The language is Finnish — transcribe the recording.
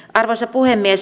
arvoisa puhemies